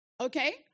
Okay